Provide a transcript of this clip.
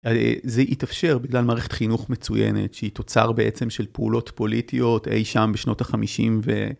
זה יתאפשר בגלל מערכת חינוך מצוינת שהיא תוצר בעצם של פעולות פוליטיות אי שם בשנות החמישים.